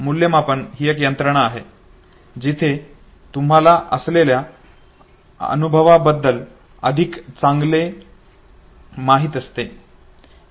मूल्यमापन ही एक यंत्रणा आहे जिथे तुम्हाला असलेल्या अनुभवा बद्दल अधिक चांगले माहित असते